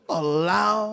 allow